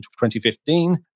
2015